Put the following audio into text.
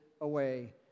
away